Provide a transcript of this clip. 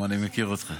כי אני מכיר אותך.